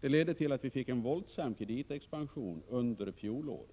Det ledde till att vi fick en våldsam kreditexpansion under fjolåret